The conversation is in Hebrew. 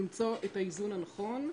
למצוא את האיזון הנכון,